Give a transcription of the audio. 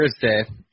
Thursday